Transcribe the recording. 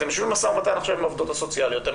אתם יושבים במשא ומתן עם העובדות הסוציאליות עכשיו,